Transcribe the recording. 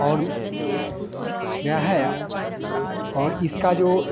और गया है और इसका जो